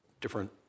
different